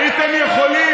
הייתם יכולים,